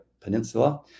peninsula